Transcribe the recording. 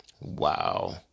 Wow